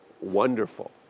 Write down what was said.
wonderful